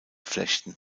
flechten